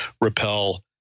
repel